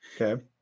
Okay